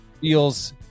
Feels